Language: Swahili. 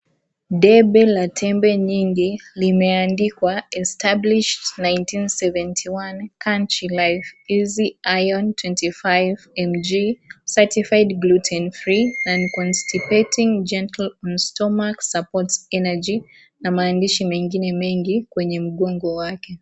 Debe la tembe nyingi limeandikwa " Established 1971, country life, Easy Iron 25mg Certified Gluten free and constipating gentle stomach support energy na maandishi mengine mengi kwenye mkungu wake.